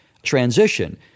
transition